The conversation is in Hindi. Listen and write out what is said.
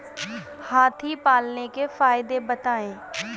हाथी पालने के फायदे बताए?